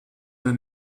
der